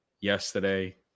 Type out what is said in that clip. yesterday